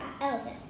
elephants